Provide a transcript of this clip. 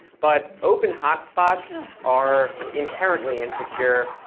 but open hotspots are inherently insecure,